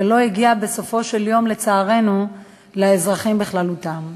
ולא הגיע בסופו של יום, לצערנו, לאזרחים בכללותם.